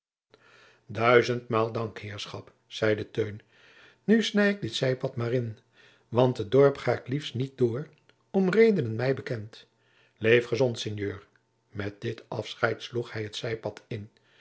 duizendmoâl dank heerschop zeide teun nou snij ik dit zijpad maar in want het dorp ga ik liefst niet deur om redenen mij bekend leef gezond sinjeur met dit afscheid sloeg hij het zijpad in